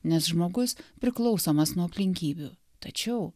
nes žmogus priklausomas nuo aplinkybių tačiau